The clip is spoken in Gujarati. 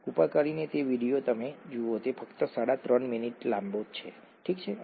કૃપા કરી તે વિડિઓ જુઓ તે ફક્ત સાડા ત્રણ મિનિટ લાંબી છે ઠીક છે